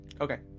Okay